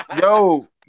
Yo